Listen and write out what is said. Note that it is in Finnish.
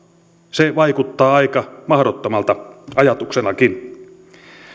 se vaikuttaa aika mahdottomalta ajatuksenakin